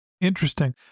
Interesting